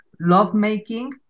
lovemaking